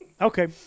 Okay